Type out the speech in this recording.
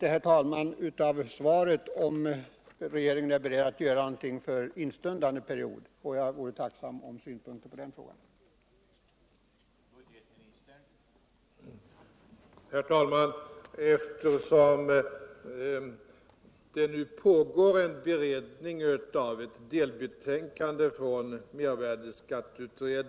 Av svaret framgår inte heller om regeringen är beredd att göra någonting avseende instundande redovisningsperiod som skall deklareras senast den 5 augusti i år, och jag vore tacksam för synpunkter också på den delen av frågan.